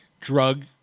drug